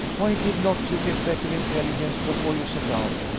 why did not you get better intelligence before you set out?